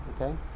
okay